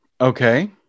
Okay